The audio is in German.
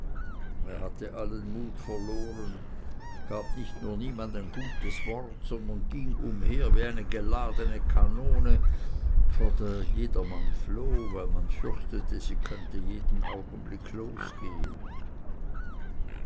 hatte allen mut verloren gab nicht nur niemand ein gutes wort sondern ging umher wie eine geladene kanone vor der jedermann floh weil man fürchtete sie könnte jeden augenblick losgehen